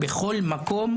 בכל מקום,